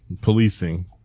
policing